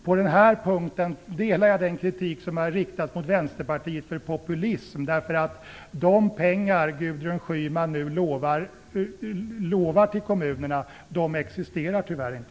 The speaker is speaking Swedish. På den här punkten instämmer jag i den kritik som har riktats mot Vänsterpartiet för populism. De pengar som Gudrun Schyman nu lovar kommunerna existerar tyvärr inte.